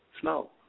snow